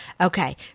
Okay